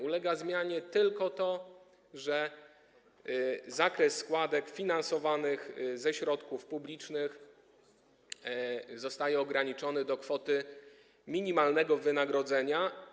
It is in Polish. Ulega zmianie tylko to, że zakres składek finansowanych ze środków publicznych zostaje ograniczony do kwoty minimalnego wynagrodzenia.